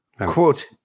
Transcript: Quote